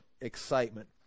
excitement